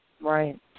Right